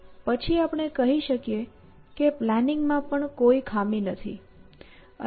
પછી આપણે કહી શકીએ કે પ્લાનિંગમાં પણ કોઈ ખામી નથી